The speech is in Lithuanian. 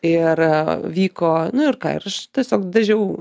ir vyko nu ir ką ir aš tiesiog dažiau